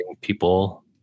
people